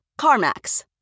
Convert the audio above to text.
CarMax